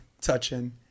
touching